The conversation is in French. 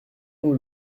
monde